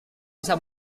bisa